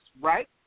right